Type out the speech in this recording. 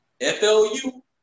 F-L-U